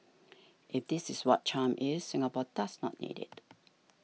if this is what charm is Singapore does not need it